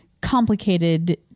complicated